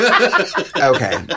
Okay